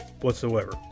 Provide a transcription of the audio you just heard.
whatsoever